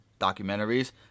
documentaries